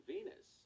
Venus